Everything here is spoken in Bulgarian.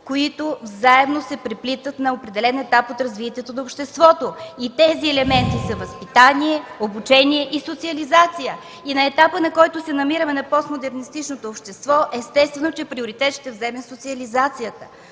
които взаимно се преплитат на определен етап от развитието на обществото?! Тези елементи са възпитание, обучение и социализация. На етапа, на който се намираме – на постмодернистичното общество, естествено че приоритет ще вземе социализацията.